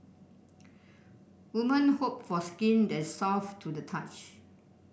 woman hope for skin that is soft to the touch